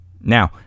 Now